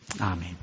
Amen